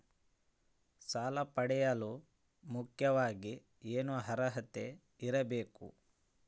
ಸಾಲ ಪಡೆಯಲು ಮುಖ್ಯವಾಗಿ ಏನು ಅರ್ಹತೆ ಇರಬೇಕು?